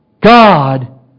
God